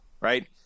right